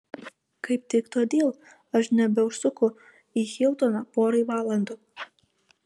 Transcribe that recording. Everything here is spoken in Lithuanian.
kaip tik todėl aš nebeužsuku į hiltoną porai valandų